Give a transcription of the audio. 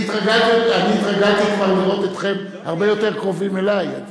אני התרגלתי כבר לראות אתכם הרבה יותר קרובים אלי.